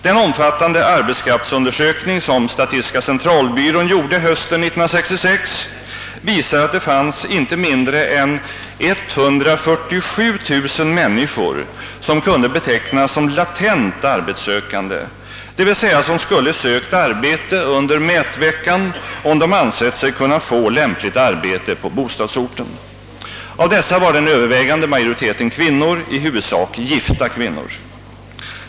Den omfattande arbetskraftsundersökning som statistiska centralbyrån gjorde hösten 1966 visade att det fanns inte mindre än 147 000 människor som kunde betecknas som latent arbetssökande, d.v.s. som skulle sökt arbete under mätveckan om de ansett sig kunna få lämpligt arbete på bostadsorten. Av dessa var den övervägande majoriteten kvinnor, i huvudsak gifta kvinnor.